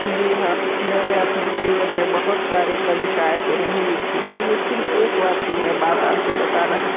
जी हाँ मैंने अपने जीवन में बहुत सारे कविताएँ तो नहीं लिखी है लेकिन एक बार की मैं बात आपको बताना